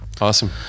Awesome